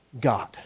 God